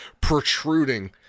protruding